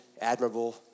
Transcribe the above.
admirable